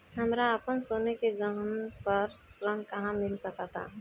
हमरा अपन सोने के गहना पर ऋण कहां मिल सकता?